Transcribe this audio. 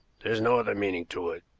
there's no other meaning to it.